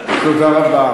תודה רבה לך.